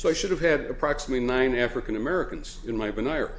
so i should have had approximately nine african americans in my entire